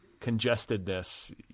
congestedness